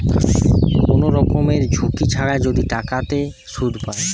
কোন রকমের ঝুঁকি ছাড়া যদি টাকাতে সুধ পায়